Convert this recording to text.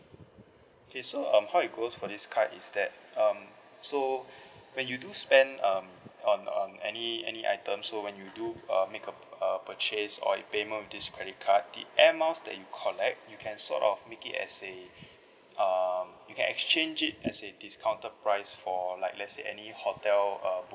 okay so um how it goes for this card is that um so when you do spend um on on any any item so when you do err make a uh purchase or payment with this credit card the air miles that you collect you can sort of make it as a um you can exchange it as a discounted price for like let's say any hotel uh